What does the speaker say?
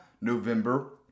November